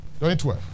2012